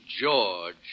George